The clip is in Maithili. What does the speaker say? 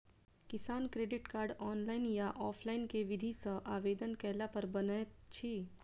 किसान क्रेडिट कार्ड, ऑनलाइन या ऑफलाइन केँ विधि सँ आवेदन कैला पर बनैत अछि?